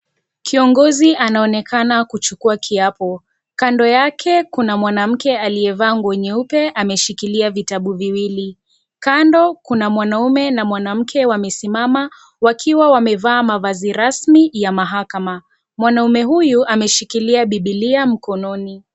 Kiongozi anaonekana kuchukua kiapo, kando yake kuna mwanamke aliyevaa nguo nyeupe ameshikilia vitabu viwili, kando kuna mwanamme na mwanamke wamesimama wakiwa wamevaa mavazi rasmi ya mahakama, mwanaume huyu ameshikilia bibilia mkononi.